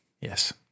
Yes